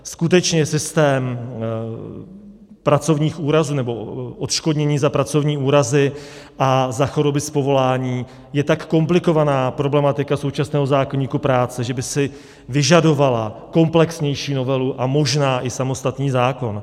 Skutečně systém pracovních úrazů nebo odškodnění za pracovní úrazy a za choroby z povolání je tak komplikovaná problematika současného zákoníku práce, že by si vyžadovala komplexnější novelu a možná i samostatný zákon.